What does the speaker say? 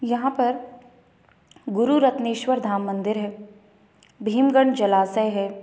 यहाँ पर गुरु रत्नेश्वर धाम मंदिर है भीमगंज जलाशय है